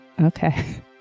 Okay